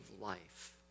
life